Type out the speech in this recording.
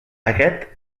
aquest